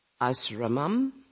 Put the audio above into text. asramam